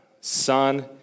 Son